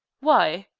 why?